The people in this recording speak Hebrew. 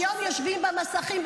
היום יושבים מול המסכים,